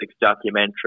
documentary